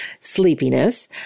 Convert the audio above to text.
sleepiness